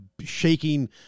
shaking